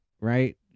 right